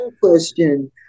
question